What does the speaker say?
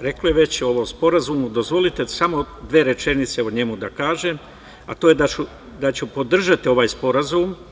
rekle već o ovom sporazumu, dozvolite samo dve rečenice o njemu da kažem, a to je da ću podržati ovaj sporazum.